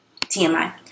TMI